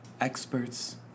experts